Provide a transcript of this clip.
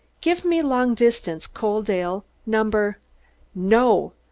give me long distance coaldale, number no,